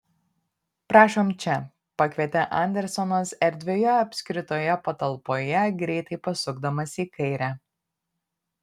prašom čia pakvietė andersonas erdvioje apskritoje patalpoje greitai pasukdamas į kairę